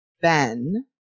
Ben